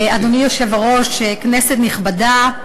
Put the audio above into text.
אדוני היושב-ראש, כנסת נכבדה,